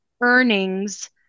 earnings